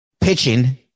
pitching